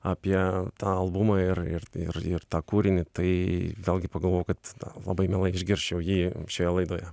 apie tą albumą ir ir ir ir tą kūrinį tai vėlgi pagalvojau kad labai mielai išgirsčiau jį šioje laidoje